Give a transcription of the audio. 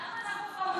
למה אנחנו חמוצים?